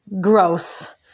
gross